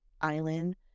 island